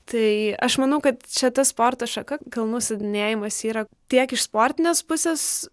tai aš manau kad čia ta sporto šaka kalnų slidinėjimas yra tiek iš sportinės pusės